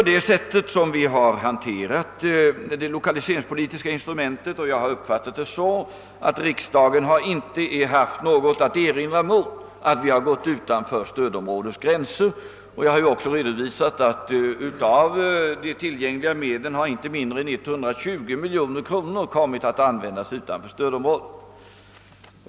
Det är så vi har planerat det lokaliseringspolitiska instrumentet, och jag har uppfattat det som om riksdagen inte har haft något att erinra mot att vi gått utanför stödområdets gränser. Jag har redovisat att inte mindre än 120 miljoner kronor av tillgängliga medel har använts utanför stödområdena.